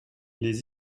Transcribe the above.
les